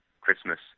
Christmas